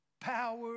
Power